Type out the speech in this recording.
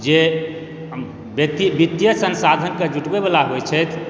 जे व्यक्ति वित्तीय संसाधनके जुटबैवला होइ छथि